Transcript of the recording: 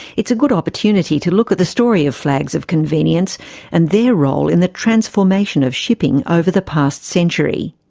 it's a good opportunity to look at the story of flags of convenience and their role in the transformation of shipping over the past century.